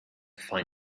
find